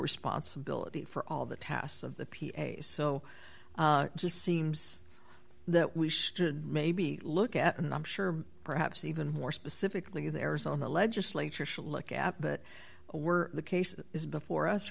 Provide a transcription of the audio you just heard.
responsibility for all the tasks of the piece so just seems that we should maybe look at and i'm sure perhaps even more specifically the arizona legislature should look at that were the case is before us